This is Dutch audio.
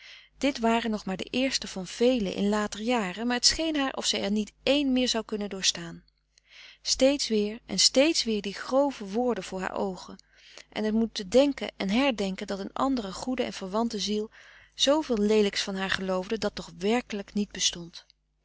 dit waren nog maar de eerste van velen in later jaren maar het scheen haar of zij er niet één meer zou kunnen doorstaan steeds weer en steeds weer die grove woorden voor haar oogen en het moeten denken en herdenken dat een andere goede en verwante ziel zooveel leelijks van haar geloofde dat toch werkelijk niet bestond